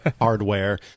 hardware